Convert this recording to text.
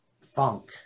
funk